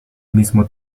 mismo